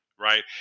right